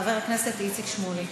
חבר הכנסת איציק שמולי.